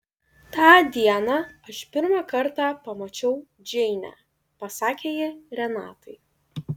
tą dieną aš pirmą kartą pamačiau džeinę pasakė ji renatai